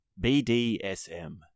BDSM